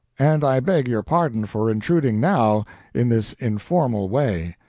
and i beg your pardon for intruding now in this informal way,